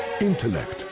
intellect